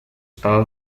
estado